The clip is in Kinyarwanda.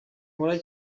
nkora